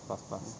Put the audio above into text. plus plus